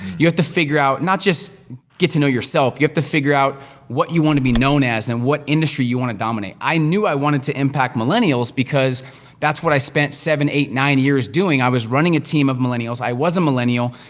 you have to figure out, not just get to know yourself, you have to figure out what you wanna be known as, and what industry you wanna dominate. i knew i wanted to impact millennials, because that's what i spent seven, eight, nine years doing. i was running a team of millennials, i was a millennial,